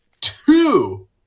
two